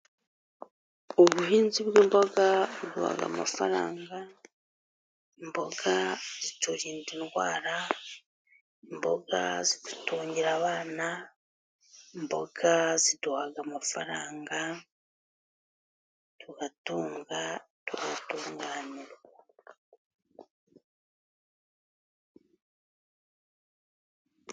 Ubuhinzi bw'imboga buduha amafaranga, imboga ziturinda indwara, imboga zidutungira abana, imboga ziduha amafaranga tugatunga tugatunganirwa.